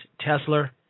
Tesla